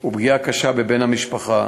ופגיעה קשה בבן-המשפחה.